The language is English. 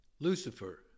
Lucifer